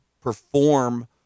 perform